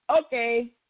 okay